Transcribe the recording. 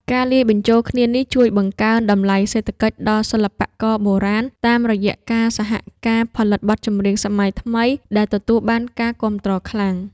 ការលាយបញ្ចូលគ្នានេះជួយបង្កើនតម្លៃសេដ្ឋកិច្ចដល់សិល្បករបុរាណ តាមរយៈការសហការផលិតបទចម្រៀងសម័យថ្មីដែលទទួលបានការគាំទ្រខ្លាំង។